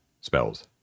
spells